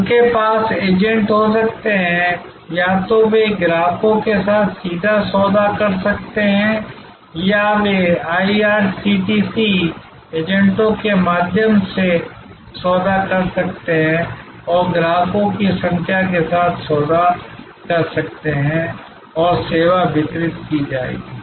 उनके पास एजेंट हो सकते हैं या तो वे ग्राहकों के साथ सीधे सौदा कर सकते हैं या वे आईआरसीटीसी एजेंटों के माध्यम से सौदा कर सकते हैं और ग्राहकों की संख्या के साथ सौदा कर सकते हैं और सेवा वितरित की जाएगी